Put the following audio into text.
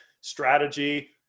strategy